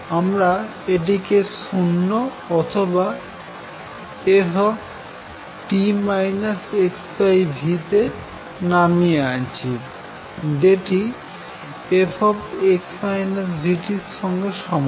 আমরা এটিকে 0 অথবা f t x v তে নামিয়ে আনছি যেটি f এর সঙ্গে সমান